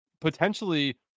potentially